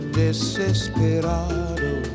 desesperado